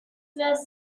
was